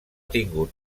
tingut